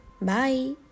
Bye